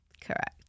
Correct